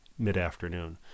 mid-afternoon